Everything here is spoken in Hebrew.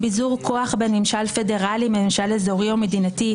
ביזור כוח בין ממשל פדרלי לממשל אזורי או מדינתי,